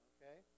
Okay